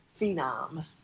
phenom